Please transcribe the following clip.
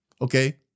Okay